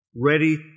ready